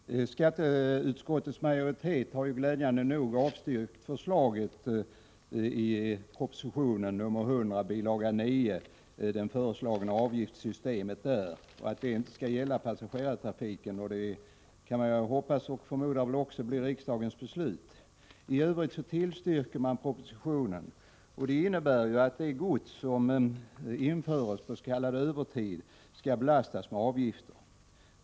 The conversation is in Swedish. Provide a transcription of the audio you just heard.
Herr talman! Skatteutskottets majoritet har glädjande nog avstyrkt att det i proposition 100 bil. 9 föreslagna avgiftssystemet skall gälla passagerartrafiken. Jag hoppas och förmodar att det också blir riksdagens beslut. I övrigt tillstyrker man propositionen. Det innebär att gods som införs på s.k. övertid skall belastas med avgifter.